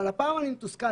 אבל הפעם אני מתוסכל.